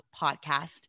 podcast